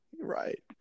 Right